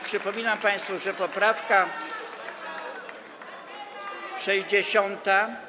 Przypominam państwu, że poprawka 60.